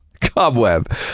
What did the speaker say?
Cobweb